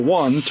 one